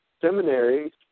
seminaries